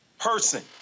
person